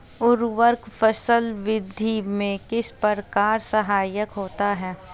उर्वरक फसल वृद्धि में किस प्रकार सहायक होते हैं?